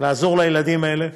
לעזור לילדים האלה,